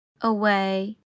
away